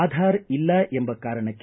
ಆಧಾರ್ ಇಲ್ಲ ಎಂಬ ಕಾರಣಕ್ಕೆ